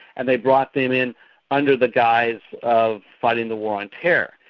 and they brought them in under the guise of fighting the war on terror.